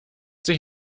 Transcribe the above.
sich